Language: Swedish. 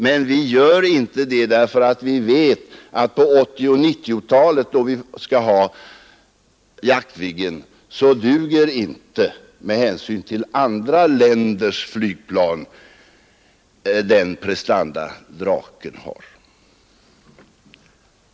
Vi gör emellertid inte det därför att vi vet att på 1980 och 1990-talen, då vi skall ha Jaktviggen, duger inte — med hänsyn till andra länders flygplan — de prestanda Draken har.